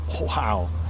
Wow